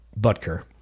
butker